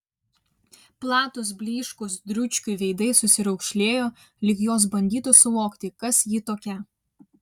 platūs blyškūs dručkių veidai susiraukšlėjo lyg jos bandytų suvokti kas ji tokia